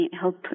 Help